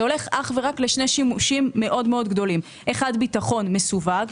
הולך רק לשני שימושים מאוד גדולים: אחד ביטחון מסווג,